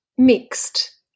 Mixed